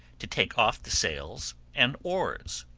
to take off the sails and oars.